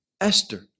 Esther